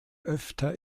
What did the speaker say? öfter